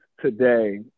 today